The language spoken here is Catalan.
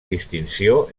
distinció